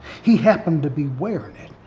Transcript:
he happened to be wearing it.